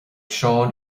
seán